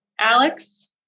Alex